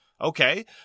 Okay